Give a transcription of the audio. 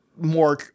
more